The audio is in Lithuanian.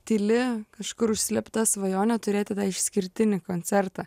tyli kažkur užslėpta svajonė turėti tą išskirtinį koncertą